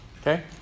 Okay